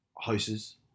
houses